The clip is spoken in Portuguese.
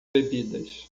bebidas